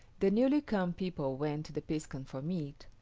the newly come people went to the piskun for meat,